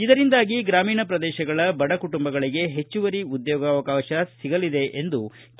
ಇದರಿಂದಾಗಿ ಗ್ರಾಮೀಣ ಪ್ರದೇಶಗಳ ಬಡ ಕುಟುಂಬಗಳಿಗೆ ಹೆಚ್ಚುವರಿ ಉದ್ಯೋಗವಕಾಶ ಸಿಗಲಿದೆ ಕೆ